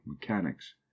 mechanics